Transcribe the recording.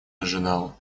ожидал